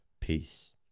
Peace